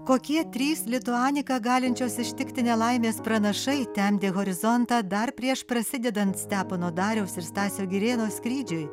kokie trys lituaniką galinčios ištikti nelaimės pranašai temdė horizontą dar prieš prasidedant stepono dariaus ir stasio girėno skrydžiui